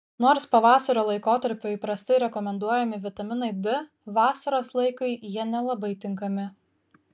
nors pavasario laikotarpiu įprastai rekomenduojami vitaminai d vasaros laikui jie nelabai tinkami